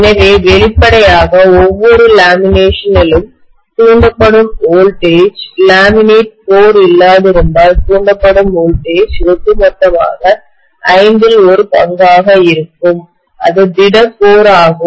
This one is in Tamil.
எனவே வெளிப்படையாக ஒவ்வொரு லேமினேஷனிலும் தூண்டப்படும் வோல்டேஜ்மின்னழுத்தம் லேமினேட் கோர் இல்லாதிருந்தால் தூண்டப்படும் வோல்டேஜ்மின்னழுத்தத்திற்கு ஒட்டுமொத்தமாக ஐந்தில் ஒரு பங்காக இருக்கும் அது திட கோர் ஆகும்